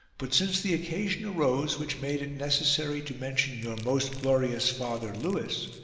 but since the occasion arose which made it necessary to mention your most glorious father lewis,